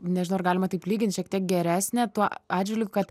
nežinau ar galima taip lygint šiek tiek geresnė tuo atžvilgiu kad